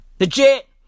Legit